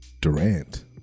Durant